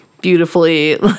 beautifully